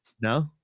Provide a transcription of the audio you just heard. No